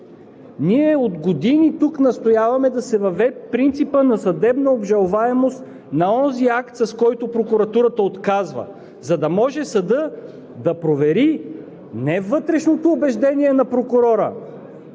ние от години тук настояваме да се въведе принципът на съдебна обжалваемост на онзи акт, с който прокуратурата отказва, за да може съдът да провери не вътрешното убеждение на прокурора,